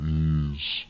ease